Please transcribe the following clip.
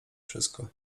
wszystko